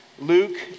Luke